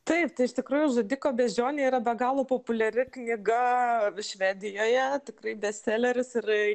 taip tai iš tikrųjų žudiko beždžionė yra be galo populiari knyga švedijoje tikrai bestseleris ir